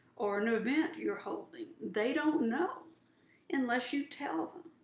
or an event you're holding. they don't know unless you tell them.